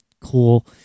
Cool